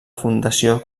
fundació